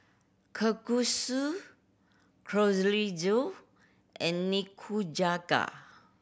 Kalguksu and Nikujaga